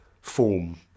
form